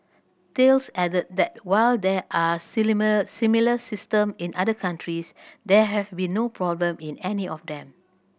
Thales added that while there are similar system in other countries there have been no problem in any of them